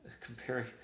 Comparing